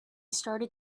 started